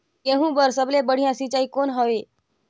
गहूं बर सबले बढ़िया सिंचाई कौन हवय?